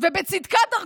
ובצדקת דרכו.